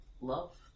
love